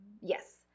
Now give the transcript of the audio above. Yes